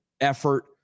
effort